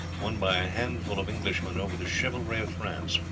won by a handful of englishmen over the chivalry of france.